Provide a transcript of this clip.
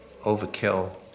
overkill